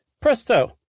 Presto